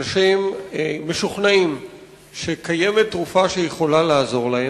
אנשים משוכנעים שקיימת תרופה שיכולה לעזור להם,